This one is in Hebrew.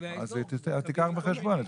ותושבי האזור --- אז תיקח בחשבון את כל התושבים.